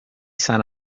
san